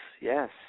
yes